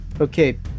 Okay